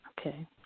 Okay